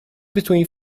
between